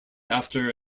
after